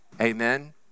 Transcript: Amen